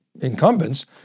incumbents